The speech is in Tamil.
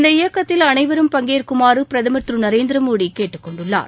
இந்த இயக்கத்தில் அனைவரும் பங்கேற்குமாறு பிரதமர் திரு நரேந்திர மோடி கேட்டுக் கொண்டுள்ளார்